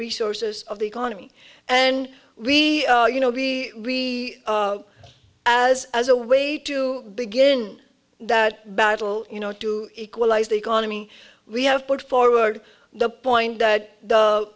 resources of the economy and we you know we as as a way to begin that battle you know to equalize the economy we have put forward the point that